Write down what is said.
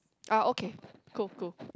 ah okay cool cool